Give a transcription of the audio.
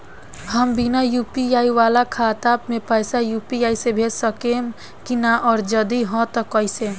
हम बिना यू.पी.आई वाला खाता मे पैसा यू.पी.आई से भेज सकेम की ना और जदि हाँ त कईसे?